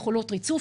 יכולות ריצוף,